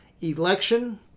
election